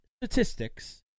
statistics